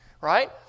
Right